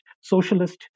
socialist